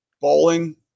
bowling